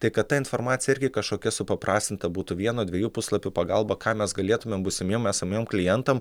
tai kad ta informacija irgi kažkokia supaprastinta būtų vieno dviejų puslapių pagalba ką mes galėtumėm būsimiem esamiem klientam